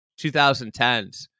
2010s